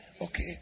okay